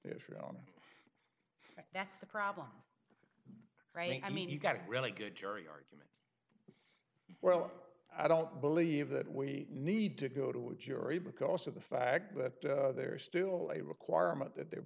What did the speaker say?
think that's the problem right i mean you've got a really good jury argument well i don't believe that we need to go to a jury because of the fact that there's still a requirement that there